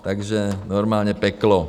Takže normálně peklo.